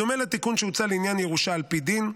בדומה לתיקון שהוצע לעניין ירושה על פי דין,